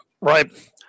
right